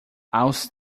aos